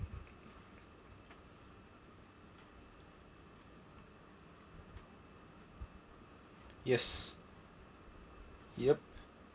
yes yup